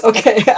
Okay